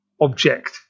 object